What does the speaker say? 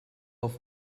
auf